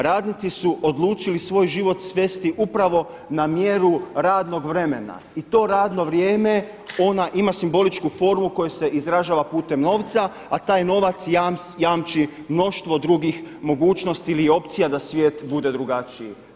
Radnicu su odlučili svoje život svesti upravo na mjeru radnog vremena i to radno vrijeme, ona ima simboličku formu koja se izražava putem novca, a taj novac jamči mnoštvo drugih mogućnosti ili opcija da svijet bude drugačiji.